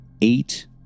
Eight